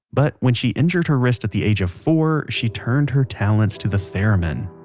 but, when she injured her wrist at the age of four, she turned her talents to the theremin